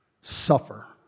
suffer